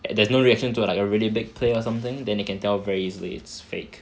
there's no reaction to like a really big play or something then you can tell very easily it's fake